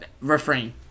Refrain